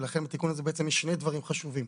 ולכן התיקון הזה משרת דברים חשובים.